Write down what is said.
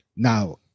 Now